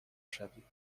شوی